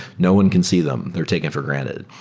no one can see them. they're taken for granted.